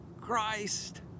Christ